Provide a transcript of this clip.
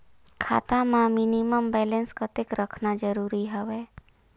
खाता मां minimum balance कतेक रखना जरूरी हवय?